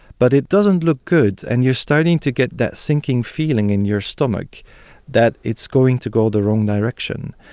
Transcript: but it doesn't look good, and you're starting to get that sinking feeling in your stomach that it's going to go the wrong direction.